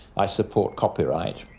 i support copyright,